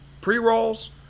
pre-rolls